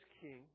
king